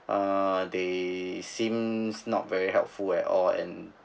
uh they they seems not very helpful at all and